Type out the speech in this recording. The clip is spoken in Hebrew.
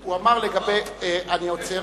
אני עוצר.